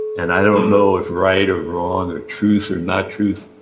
and i don't know if right or wrong, or truth or not truth,